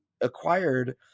acquired